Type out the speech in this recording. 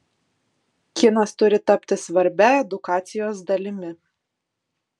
kinas turi tapti svarbia edukacijos dalimi